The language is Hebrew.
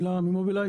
מילה על מובילאיי.